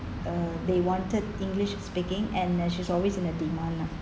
uh they wanted english speaking and uh she's always in the demand